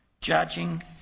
judging